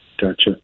gotcha